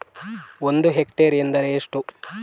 ಒಂದು ಹೆಕ್ಟೇರ್ ಎಂದರೆ ಎಷ್ಟು?